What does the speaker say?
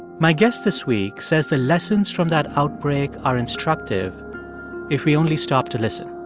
my guest this week says the lessons from that outbreak are instructive if we only stop to listen